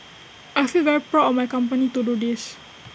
I feel very proud of my company to do this